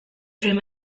prim